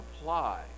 apply